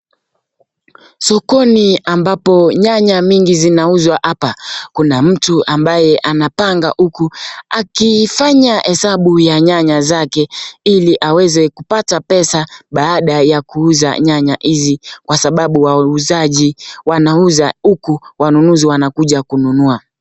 Sokoni ambapo nyanya mingi zinauzwa hapa. Kuna mtu ambaye anapanga huku akifanya hesabu ya nyanya zake ili aweze kupata pesa baada ya kuuza nyanya hizi kwa sababu wauzaji wanauza huku wanunuzi wanakuja kununua.